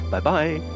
Bye-bye